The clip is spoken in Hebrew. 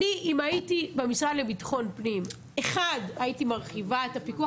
אם הייתי במשרד לביטחון לאומי הייתי מרחיבה את הפיקוח